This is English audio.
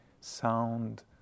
sound